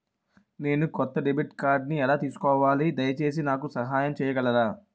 నేను కొత్త డెబిట్ కార్డ్ని ఎలా తీసుకోవాలి, దయచేసి నాకు సహాయం చేయగలరా?